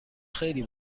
خیلی